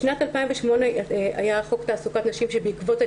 בשנת 2008 היה חוק תעסוקת נשים שבעקבותיו